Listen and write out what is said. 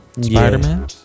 spider-man